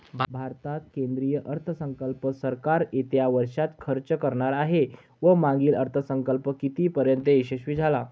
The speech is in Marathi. भारतात केंद्रीय अर्थसंकल्प सरकार येत्या वर्षात खर्च करणार आहे व मागील अर्थसंकल्प कितीपर्तयंत यशस्वी झाला